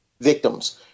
victims